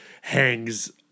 hangs